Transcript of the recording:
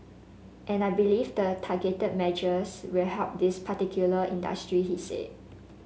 and I believe the targeted measures will help these particular industries he said